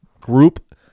group